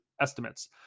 estimates